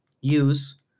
use